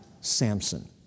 Samson